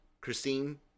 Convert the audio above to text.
Christine